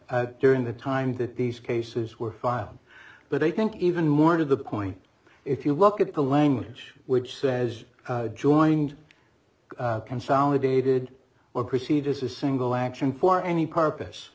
continued during the time that these cases were filed but i think even more to the point if you look at the language which says joined a consolidated or procedures a single action for any purpose